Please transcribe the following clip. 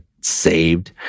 saved